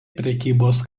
prekybos